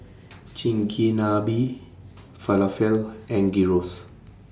Chigenabe Falafel and Gyros